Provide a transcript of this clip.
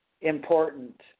important